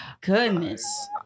goodness